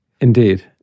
Indeed